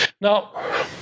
Now